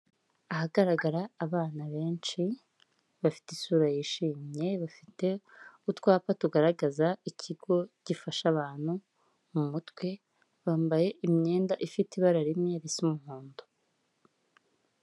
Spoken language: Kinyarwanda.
Ahagaragara abana benshi, bafite isura yishimye, bafite utwapa tugaragaza ikigo gifasha abantu mu mutwe, bambaye imyenda ifite ibara rimwe risa umuhondo.